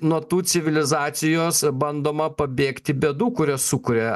nuo tų civilizacijos bandoma pabėgti bėdų kurias sukuria